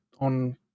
on